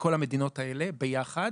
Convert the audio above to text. וכל המדינות האלה ביחד